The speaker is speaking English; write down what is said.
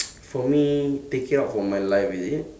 for me taking out from my life is it